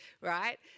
right